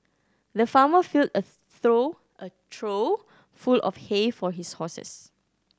the farmer filled a throw a trough full of hay for his horses